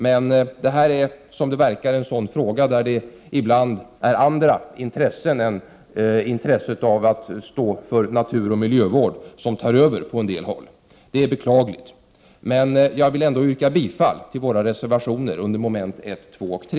Men detta är, som det verkar, en fråga där andra intressen än det för naturoch miljövård tar över på en del håll. Det är beklagligt. Jag vill ändå yrka bifall till våra reservationer under mom. 1, 2 och 3.